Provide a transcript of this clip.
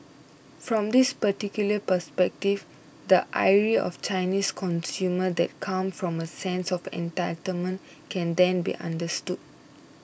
from this particular perspective the ire of Chinese consumers that come from a sense of entitlement can then be understood